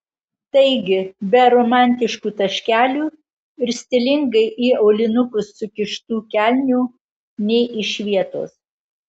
taigi be romantiškų taškelių ir stilingai į aulinukus sukištų kelnių nė iš vietos